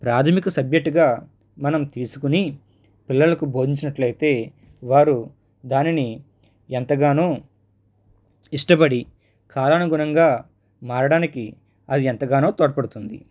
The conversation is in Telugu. ప్రాథమిక సబ్జెక్టుగా మనం తీసుకోని పిల్లలకు బోధించినట్లు అయితే వారు దానిని ఎంతగానో ఇష్టపడి కాలానుగుణంగా మారడానికి అది ఎంతగానో తోడ్పడుతుంది